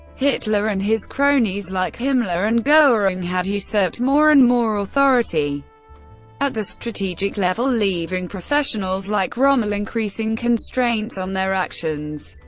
hitler and his cronies like himmler and goering had usurped more and more authority at the strategic level, leaving professionals like rommel increasing constraints on their actions.